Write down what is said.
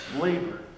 labor